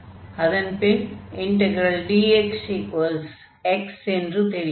அதன்பின் dxx என்று தெரியும்